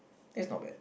that's not bad